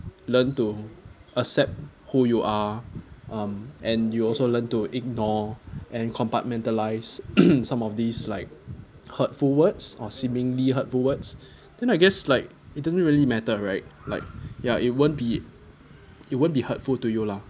learn to accept who you are um and you also learn to ignore and compartmentalise some of these like hurtful words or seemingly hurtful words then I guess like it doesn't really matter right like ya it won't be it won't be hurtful to you lah